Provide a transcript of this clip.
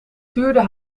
tuurde